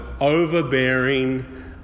overbearing